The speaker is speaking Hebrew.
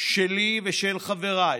שלי ושל חבריי